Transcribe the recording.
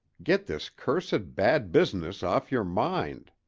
get this cursed bad business off your mind.